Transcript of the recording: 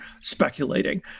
speculating